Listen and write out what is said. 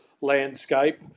landscape